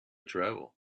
travel